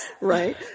Right